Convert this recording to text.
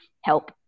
help